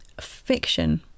fiction